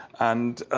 and